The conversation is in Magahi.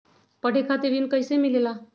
पढे खातीर ऋण कईसे मिले ला?